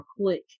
click